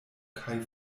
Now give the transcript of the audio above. kaj